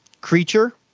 creature